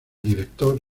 director